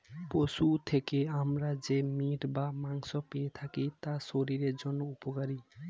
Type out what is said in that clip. পশুর থেকে আমরা যে মিট বা মাংস পেয়ে থাকি তা শরীরের জন্য উপকারী